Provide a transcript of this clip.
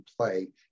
play